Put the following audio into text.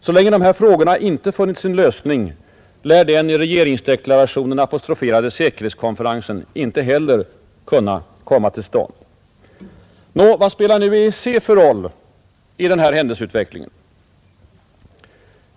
Så länge de här frågorna inte funnit sin lösning lär den i regeringsdeklarationen apostroferade säkerhetskonferensen inte heller kunna komma till stånd. Nå, vad spelar nu EEC för roll i den här händelseutvecklingen?